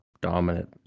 dominant